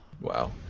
Wow